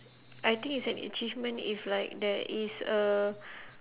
I think it's an achievement if like there is a